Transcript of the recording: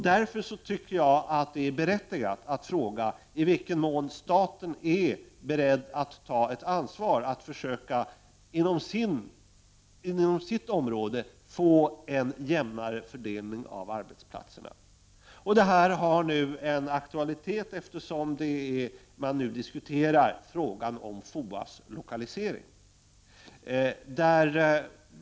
Därför tycker jag att det är berättigat att fråga i vilken mån staten är beredd att ta ett ansvar att inom sitt område försöka få en jämnare fördelning av arbetsplatserna. Detta har en aktualitet eftersom man nu diskuterar frågan om FOA:s lokalisering.